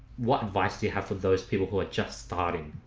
what advice do you have for those people who are just starting?